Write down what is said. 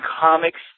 comics